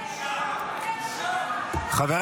חבר